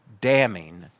damning